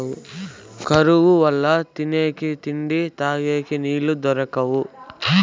కరువు వల్ల తినేకి తిండి, తగేకి నీళ్ళు దొరకవు